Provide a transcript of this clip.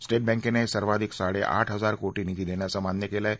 state बँकेने सर्वाधिक साडे आठ हजार कोटी निधी देण्याचं मान्य केलं आहे